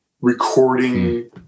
recording